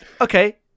okay